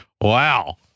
Wow